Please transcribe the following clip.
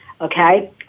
okay